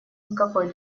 никакой